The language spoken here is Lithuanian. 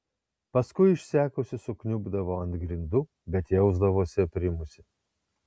paskui išsekusi sukniubdavo ant grindų bet jausdavosi aprimusi